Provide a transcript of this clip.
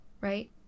right